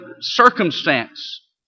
circumstance